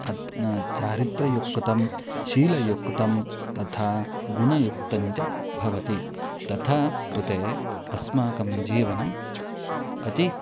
अतः न चारित्र्ययुक्तं शीलयुक्तं तथा गुणयुक्तञ्च भवति तथा कृते अस्माकं जीवनम् अति